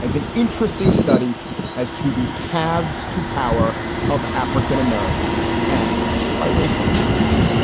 as an interesting study as to the paths to power of african-americans and biracial americans.